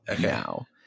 now